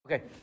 Okay